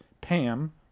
Pam